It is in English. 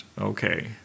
okay